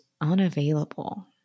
unavailable